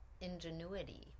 ingenuity